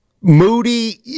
Moody